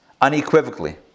unequivocally